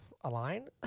Aline